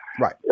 Right